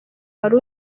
wari